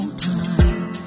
time